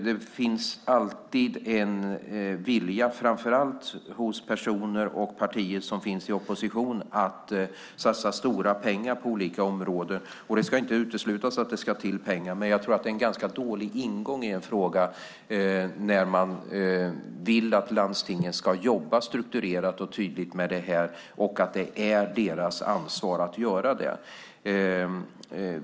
Det finns alltid en vilja framför allt hos personer och partier i opposition att satsa stora pengar på olika områden, och det ska inte uteslutas att det kommer att behövas pengar. Men jag tror att det är en ganska dålig ingång i en fråga när man vill att landstingen ska jobba strukturerat och tydligt med detta och att det är deras ansvar att göra det.